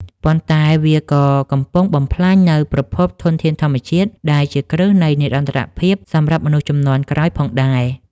ប៉ុន្តែវាក៏កំពុងបំផ្លាញនូវប្រភពធនធានធម្មជាតិដែលជាគ្រឹះនៃនិរន្តរភាពសម្រាប់មនុស្សជំនាន់ក្រោយផងដែរ។